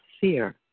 fear